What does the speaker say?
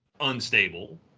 unstable